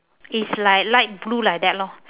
is like light blue like that lor